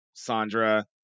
Sandra